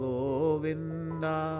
Govinda